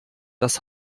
das